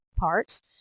parts